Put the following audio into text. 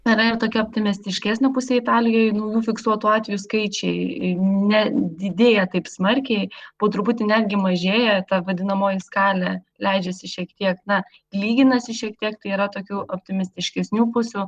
na yra ir tokia optimistiškesnė pusė italijoj tų fiksuotų atvejų skaičiai ne didėja taip smarkiai po truputį netgi mažėja ta vadinamoji skalė leidžiasi šiek tiek na lyginasi šiek tiek tai yra tokių optimistiškesnių pusių